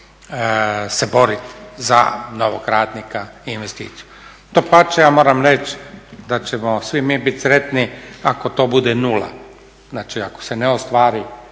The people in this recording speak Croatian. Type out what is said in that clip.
se boriti za novog radnika i investiciju. Dapače, ja moram reći da ćemo svi mi biti sretni ako to bude nula, znači ako se ne ostvari